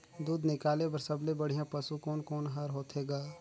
दूध निकाले बर सबले बढ़िया पशु कोन कोन हर होथे ग?